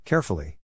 Carefully